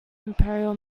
imperial